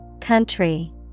Country